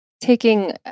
taking